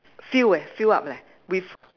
fill eh fill up leh with